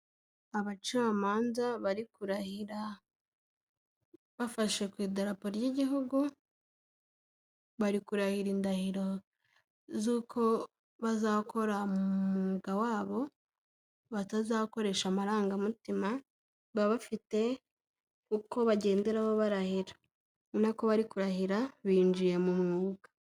Abacamanza bari kurahira, bafashe ku idarapo ry'igihugu, bari kurahira indahiro z'uko bazakora mu mwuga wabo, batazakoresha amarangamutima, baba bafite uko bagenderaho barahira, urabona ko bari kurahira binjiye mu mwuga.